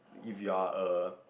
if you are a